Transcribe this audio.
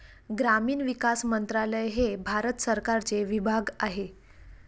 ग्रामीण विकास मंत्रालय हे भारत सरकारचे विभाग आहे